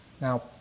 Now